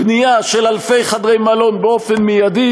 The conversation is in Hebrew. בנייה של אלפי חדרי מלון באופן מיידי,